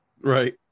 Right